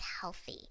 healthy